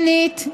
שנית,